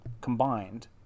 combined